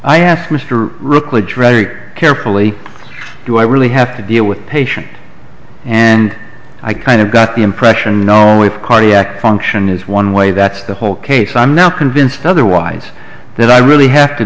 drudgery carefully do i really have to deal with patients and i kind of got the impression oh if a cardiac function is one way that's the whole case i'm now convinced otherwise that i really have to